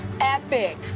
epic